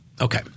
Okay